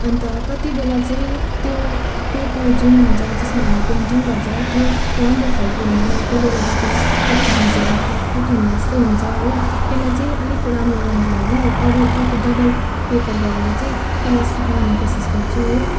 अन्त कति बेला चाहिँ त्यो पेपर जुन हुन्छ जसमा हामी पेन्टिङ गर्छ त्यो राम्रो खाले हुँदैन त्यसले गर्दाखेरि कति भिजेर फ्यात फुत होला जस्तै हुन्छ हो त्यसलाई चाहिँ अलिक राम्रो गर्नको लागि अरू अर्को डबल पेपर गरेर चाहिँ त्यसलाई सुकाउनु कोसिस गर्छु हो